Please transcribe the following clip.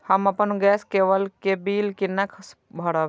हम अपन गैस केवल के बिल केना भरब?